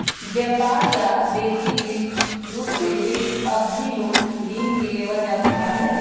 व्यापार या व्यक्रिगत रूप से अवधि लोन ऋण के लेबल जा सका हई